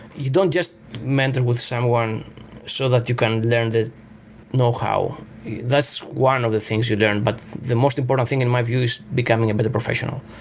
you don't just mentor with someone so that you can learn the knowhow. that's one of the things you learn, but the most important thing in my view is becoming a but better professional,